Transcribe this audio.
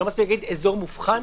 לא מספיק להגיד אזור מובחן?